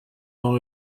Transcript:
dans